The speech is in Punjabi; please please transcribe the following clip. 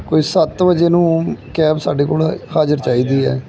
ਕੋਈ ਸੱਤ ਵਜੇ ਨੂੰ ਕੈਬ ਸਾਡੇ ਕੋਲ ਹਾਜ਼ਰ ਚਾਹੀਦੀ ਹੈ